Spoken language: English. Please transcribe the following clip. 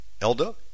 Elda